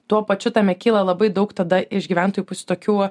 tuo pačiu tame kyla labai daug tada iš gyventojų pusių tokių